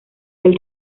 del